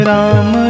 Ram